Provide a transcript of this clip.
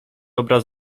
obraz